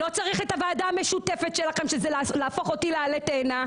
לא צריך את הוועדה המשותפת שלכם שזה להפוך אותי לעלה תאנה.